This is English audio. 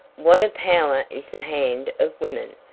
what a power is the hand of woman!